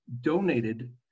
donated